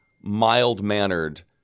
mild-mannered